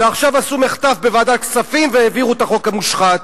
ועכשיו עשו מחטף בוועדת הכספים והעבירו את החוק המושחת.